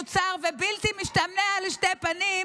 מוצהר ובלתי משתמע לשתי פנים: